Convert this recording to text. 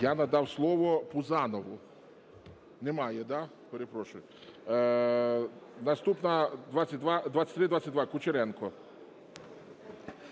Я надав слово Пузанову. Немає, да? Перепрошую. Наступна - 2322, Кучеренко.